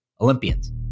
Olympians